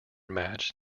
match